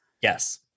Yes